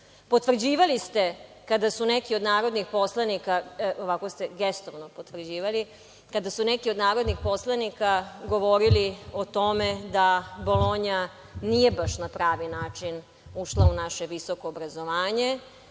potvrđivali, kada su neki od narodnih poslanika govorili o tome da Bolonja nije baš na pravi način ušla u naše visoko obrazovanje. Neko